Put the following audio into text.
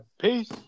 Peace